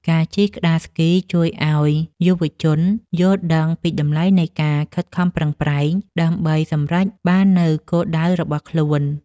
ការជិះក្ដារស្គីជួយឱ្យយុវជនយល់ដឹងពីតម្លៃនៃការខិតខំប្រឹងប្រែង ដើម្បីសម្រេចបាននូវគោលដៅរបស់ខ្លួន។